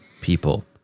people